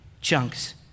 chunks